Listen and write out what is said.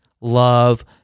love